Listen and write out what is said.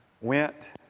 went